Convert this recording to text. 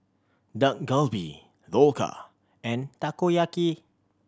Dak Galbi Dhokla and Takoyaki